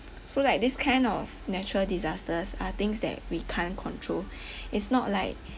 so like this kind of natural disasters are things that we can't control it's not like